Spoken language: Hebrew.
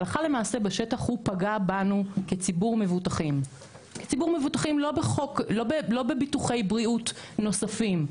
הלכה למעשה בשטח הוא פגע בנו כציבור מבוטחים לא בביטוחי בריאות נוספים.